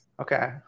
Okay